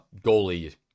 goalie